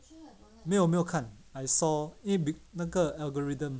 没有我没有看 I saw 因为那个 algorithm